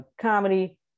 comedy